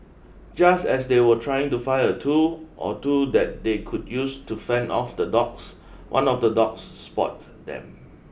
just as they were trying to find a tool or two that they could use to fend off the dogs one of the dogs spot them